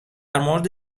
مورد